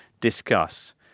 discuss